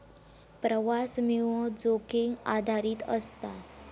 प्रवास विमो, जोखीम आधारित असता